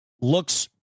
looks